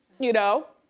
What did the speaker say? you know?